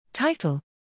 Title